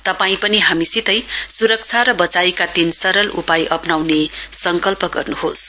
तपाई पनि हामीसितै सुरक्षा र वचाइका तीन सरल उपाय अप्नाउने संकल्प गर्नुहोस